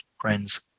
Friends